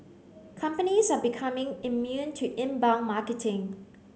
companies are becoming immune to inbound marketing